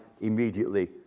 immediately